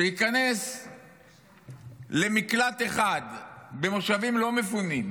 שייכנס למקלט אחד במושבים לא מפונים,